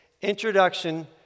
Introduction